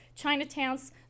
Chinatowns